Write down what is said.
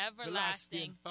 everlasting